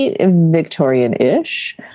Victorian-ish